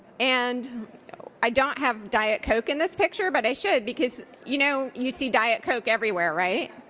and i don't have diet coke in this picture, but i should because you know you see diet coke everywhere, right?